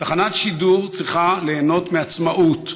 תחנת שידור צריכה ליהנות מעצמאות.